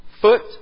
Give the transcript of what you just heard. foot